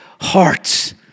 hearts